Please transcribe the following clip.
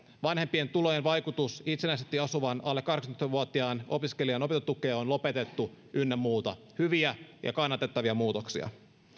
vanhempien tulojen vaikutus itsenäisesti asuvan alle kahdeksantoista vuotiaan opiskelijan opintotukeen on lopetettu ynnä muuta hyviä ja kannatettavia muutoksia